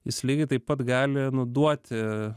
jis lygiai taip pat gali nu duoti